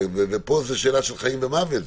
ופה זו שאלה של חיים ומוות.